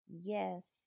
Yes